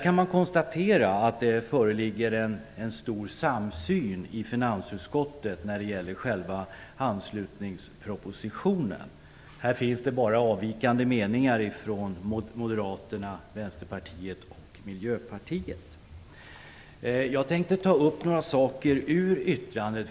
Man kan konstatera att det föreligger en samsyn i finansutskottet när det gäller själva anslutningspropositionen. Det finns bara avvikande meningar från Moderaterna, Vänsterpartiet och Miljöpartiet. Jag tänkte ta upp några saker ur yttrandet.